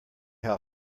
how